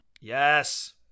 yes